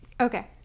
Okay